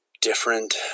different